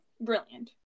brilliant